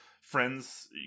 friends